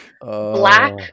black